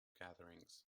gatherings